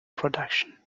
production